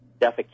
defecation